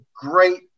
great